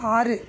ஆறு